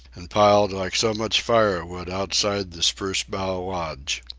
and piled like so much firewood outside the spruce-bough lodge.